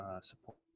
support